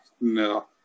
no